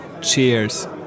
Cheers